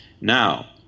Now